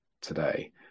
today